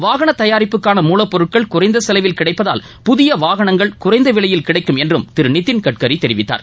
வாகன தயாரிப்புக்கான மூலப்பொருட்கள் குறைந்த செலவில் கிடைப்பதால் புதிய வாகனங்கள் குறைந்த விலையில் கிடைக்கும் என்றும் திரு நிதின் கட்கரி தெரிவித்தார்